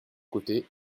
côté